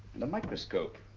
and a microscope,